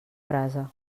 brasa